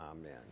Amen